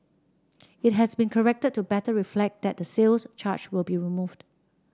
it has been corrected to better reflect that the sales charge will be removed